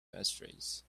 passphrase